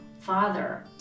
father